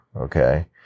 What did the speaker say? Okay